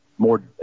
more